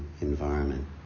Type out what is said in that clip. environment